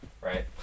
right